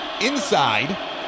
Inside